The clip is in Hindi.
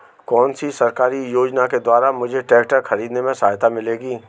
कौनसी सरकारी योजना के द्वारा मुझे ट्रैक्टर खरीदने में सहायता मिलेगी?